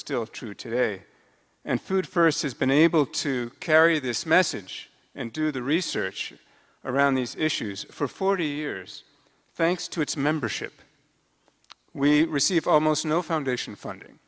still true today and food first has been able to carry this message and do the research around these issues for forty years thanks to its membership we receive almost no foundation funding